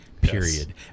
period